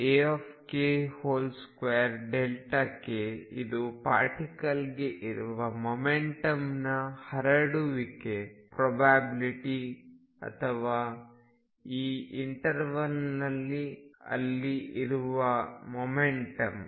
Ak2k ಇದು ಪಾರ್ಟಿಕಲ್ಗೆ ಇರುವ ಮೊಮೆಂಟಮ್ನ ಹರಡುವಿಕೆಯ ಪ್ರೊಬ್ಯಾಬಿಲ್ಟಿ ಅಥವಾ ಈ ಇಂಟರ್ವಲ್ ಅಲ್ಲಿ ಇರುವ ಮೊಮೆಂಟಮ್